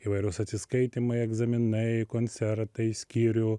įvairūs atsiskaitymai egzaminai koncertai skyrių